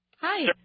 Hi